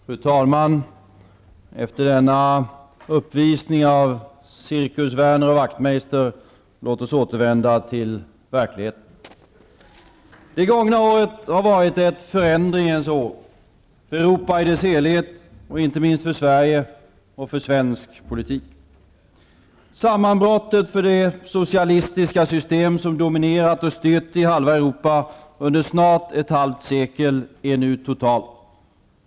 Fru talman! Låt oss efter denna uppvisning av Cirkus Werner och Wachtmeister återvända till verkligheten. Det gångna året har varit ett förändringens år för Europa i dess helhet, och inte minst för Sverige och svensk politik. Sasmmanbrottet för det socialistiska system som dominerat och styrt i halva Europa under snart ett halvt sekel är nu totalt.